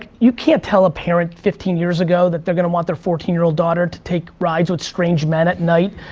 you can't tell a parent fifteen years ago that there gonna want their fourteen year old daughter to take rides with strange men at night,